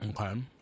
Okay